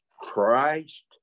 Christ